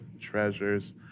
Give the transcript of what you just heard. treasures